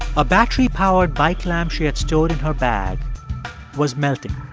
a battery-powered bike lamp she had stored in her bag was melting